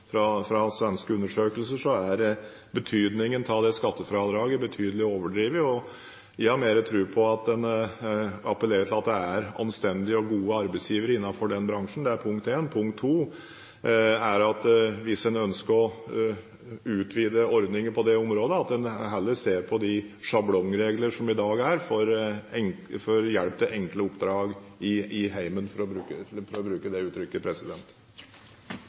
fra svenske undersøkelser, er betydningen av dette skattefradraget betydelig overdrevet. Jeg har mer tro på at en appellerer til at det er anstendige og gode arbeidsgivere innenfor denne bransjen. Det er punkt én. Punkt to er at hvis en ønsker å utvide ordningen på dette området, bør en heller se på de sjablongregler som er i dag, for hjelp til «enkle oppdrag i heimen», for å bruke det uttrykket.